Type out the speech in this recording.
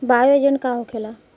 Bio agent का होखेला?